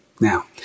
Now